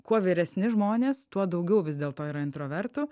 kuo vyresni žmonės tuo daugiau vis dėlto yra introvertų